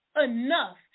enough